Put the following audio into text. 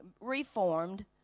reformed